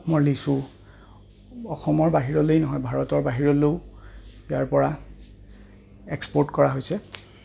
অসমৰ লিচু অসমৰ বাহিৰলেই নহয় ভাৰতৰ বাহিৰলেও ইয়াৰপৰা এক্সপৰ্ট কৰা হৈছে